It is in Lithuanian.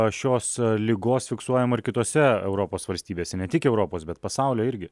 šios ligos fiksuojama ir kitose europos valstybėse ne tik europos bet pasaulio irgi